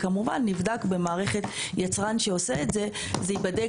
כמובן שזה נבדק במערכת יצרן שעושה את זה וייבדק